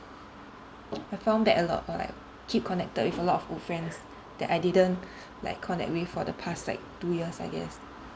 I found back a lot or like keep connected with a lot of old friends that I didn't like connect with for the past like two years I guess